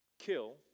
kill